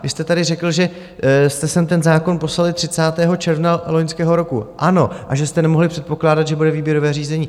Vy jste tady řekl, že jste sem ten zákon poslali 30. června loňského roku, ano, a že jste nemohli předpokládat, že bude výběrové řízení.